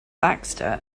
baxter